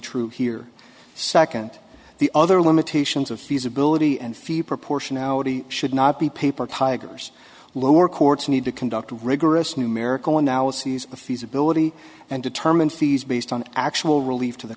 true here second the other limitations of feasibility and fee proportionality should not be paper tigers lower courts need to conduct rigorous numerical analyses of feasibility and determine fees based on actual relief to the